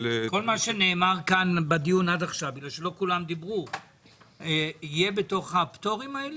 כל מה שנאמר בדיון עד עכשיו יהיה בתוך הפטורים האלה?